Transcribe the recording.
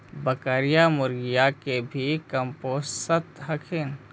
बकरीया, मुर्गीया के भी कमपोसत हखिन?